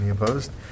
opposed